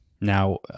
Now